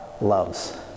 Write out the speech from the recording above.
loves